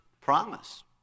promise